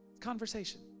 Conversation